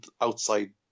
outside